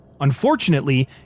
Unfortunately